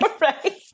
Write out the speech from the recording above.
right